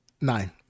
Nine